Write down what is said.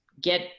get